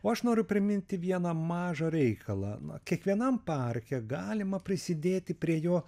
o aš noriu priminti vieną mažą reikalą kiekvienam parke galima prisidėti prie jo